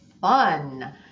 fun